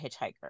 hitchhiker